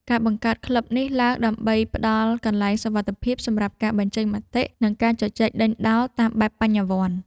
ការបង្កើតក្លឹបនេះឡើងដើម្បីផ្ដល់កន្លែងសុវត្ថិភាពសម្រាប់ការបញ្ចេញមតិ និងការជជែកដេញដោលតាមបែបបញ្ញវន្ត។